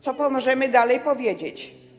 Co możemy dalej powiedzieć?